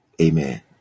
amen